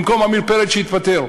במקום עמיר פרץ שהתפטר,